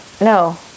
No